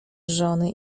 żony